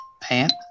pant